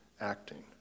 acting